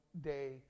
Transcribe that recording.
day